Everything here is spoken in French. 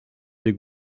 des